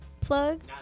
plug